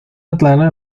atlanta